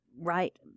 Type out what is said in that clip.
right